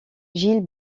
gilles